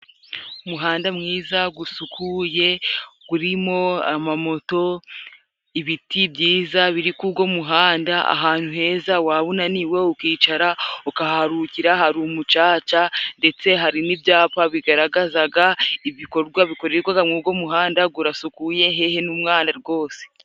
Umuhanda mwiza，gusukuye，gurimo amamoto， ibiti byiza biri kugo muhanda， ahantu heza waba unaniwe ukicara ukaharukira， hari umucaca ndetse hari n'ibyapa bigaragazaga ibikorwa bikorerwaga mugo muhanda，gurasukuye hehe n'umwanda rwose.